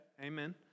Amen